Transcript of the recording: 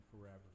forever